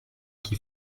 qui